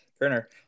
Kerner